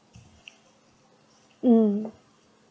mm